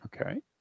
Okay